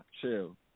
chill